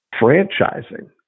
franchising